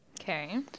Okay